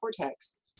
cortex